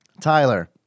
Tyler